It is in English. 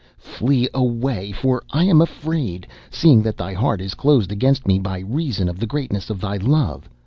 flee away, for i am afraid, seeing that thy heart is closed against me by reason of the greatness of thy love.